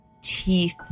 Teeth